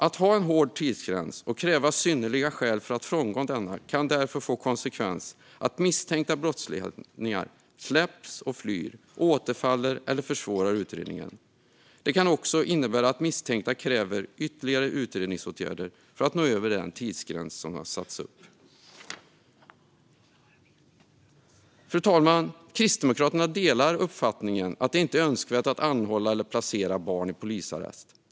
Att ha en hård tidsgräns och kräva synnerliga skäl för att frångå denna kan därför få som konsekvens att misstänkta brottslingar släpps och flyr, återfaller i brott eller försvårar utredningen. Det kan också innebära att misstänkta kräver ytterligare utredningsåtgärder för att nå över den tidsgräns som har satts upp. Fru talman! Kristdemokraterna delar uppfattningen att det inte är önskvärt att anhålla eller placera barn i polisarrest.